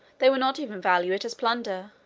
they will not even value it as plunder.